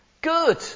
Good